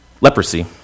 leprosy